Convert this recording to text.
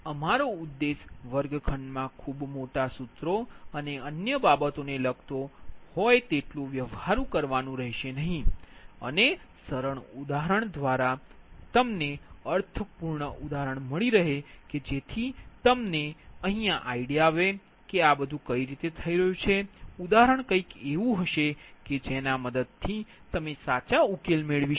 અમારો ઉદ્દેશ્ય વર્ગખંડમાં ખૂબ મોટા સૂત્રો અને અન્ય બાબતોને લગતો હોય તેટલું વ્યવહાર કરવાનું રહેશે નહીં અને સરળ ઉદાહરણ અધિકાર અને અર્થપૂર્ણ ઉદાહરણ કંઈક એવું હશે કે જેના મદદ થી તમે સાચા ઉકેલ મેળવી શકો